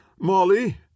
Molly